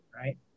right